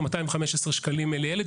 ו-215 שקלים לילד.